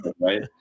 right